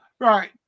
Right